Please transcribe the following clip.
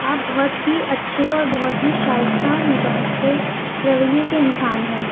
آپ بہت ہی اچھے اور بہت ہی شائستہ مزاج کے رویے کے انسان ہیں